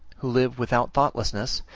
who live without thoughtlessness,